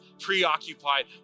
Preoccupied